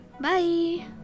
Bye